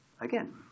Again